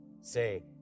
say